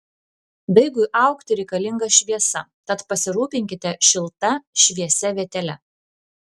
daigui augti reikalinga šviesa tad pasirūpinkite šilta šviesia vietele